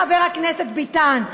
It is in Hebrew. חבר הכנסת ביטן,